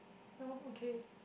no okay